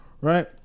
Right